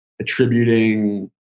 attributing